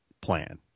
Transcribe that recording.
plan